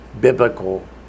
biblical